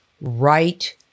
right